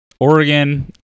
Oregon